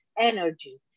energy